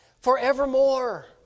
forevermore